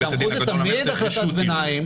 אז בית הדין הגדול צריך רשות ערעור,